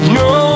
no